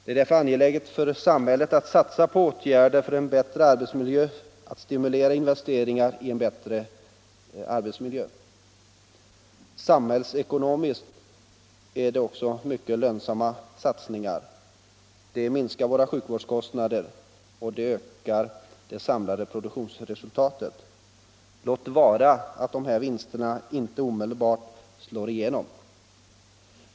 Därför är det angeläget för samhället att satsa på åtgärder för en bättre arbetsmiljö, att stimulera investeringar i en bättre arbetsmiljö. Samhällsekonomiskt är det också mycket lönsamma satsningar. De minskar våra sjukvårdskostnader, de ökar det samlade produktionsresultatet, låt vara att de här vinsterna inte omedelbart slår igenom.